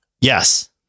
Yes